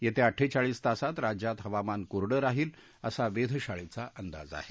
येत्या अड्डेचाळीस तासात राज्यात हवामान कोरडं राहील असा वेधशाळेचा अंदाज आहे